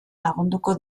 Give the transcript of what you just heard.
lagunduko